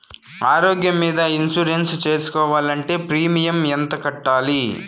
ఆరోగ్యం మీద ఇన్సూరెన్సు సేసుకోవాలంటే ప్రీమియం ఎంత కట్టాలి?